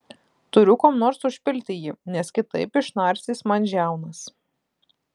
turiu kuom nors užpilti jį nes kitaip išnarstys man žiaunas